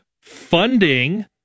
Funding